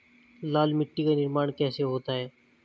लाल मिट्टी का निर्माण कैसे होता है?